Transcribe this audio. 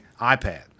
iPad